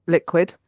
Liquid